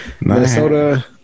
minnesota